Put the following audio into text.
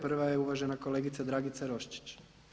Prva je uvažena kolegica Dragica Roščić.